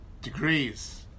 Degrees